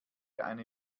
eine